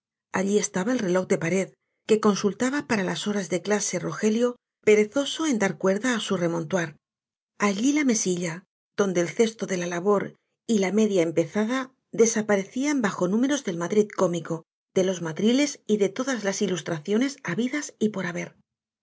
allí estaba el reloj de pared que consultaba para las horas de clase rogelio perezoso en dar cuerda á su remontuar allí la mesilla donde el cesto de la labor y la media empezada desaparecían bajo números del madrid cómico de los madriles y de todas las ilustraciones habidas y por haber